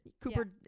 Cooper